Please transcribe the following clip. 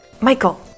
Michael